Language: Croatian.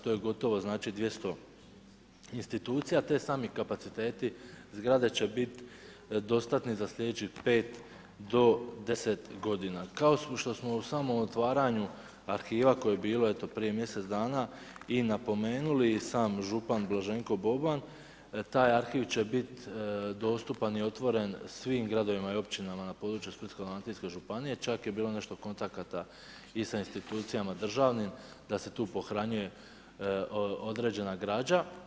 To je gotovo 200 institucija te sami kapaciteti zgrade će bit dostatni za slijedećih 5 do 10 g. Kao što smo u samom otvaranju arhiva koje je bilo eto prije mj. dana i napomenuli, i sam župan Blaženko Boban, taj arhiv će biti dostupan i otvoren svim gradovima i općinama na području Splitsko-dalmatinske županije, čak je bilo nešto kontakata i sa institucijama državnim, da se tu pohranjuje određena građa.